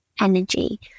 energy